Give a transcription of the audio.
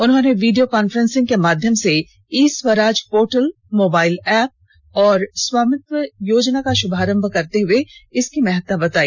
उन्होंने video conferencing के माध्यम से e Swaraj portal mobile app व स्वामित्व योजना का शुभारंभ करते हुए इसकी महत्ता बताई